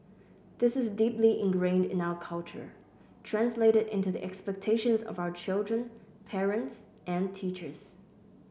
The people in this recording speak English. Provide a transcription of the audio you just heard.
this is deeply ingrained in our culture translated into the expectations of our children parents and teachers